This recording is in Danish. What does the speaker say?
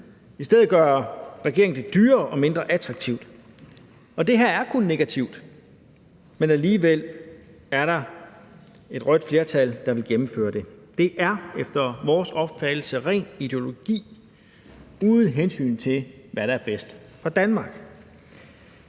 I stedet gør regeringen det dyrere og mindre attraktivt. Og det her er kun negativt. Men alligevel er der et rødt flertal, der vil gennemføre det. Det er efter vores opfattelse ren ideologi, uden hensyn til hvad der er bedst for Danmark.